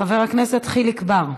חבר הכנסת חיליק בר,